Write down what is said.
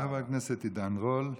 תודה רבה לחבר הכנסת עידן רול.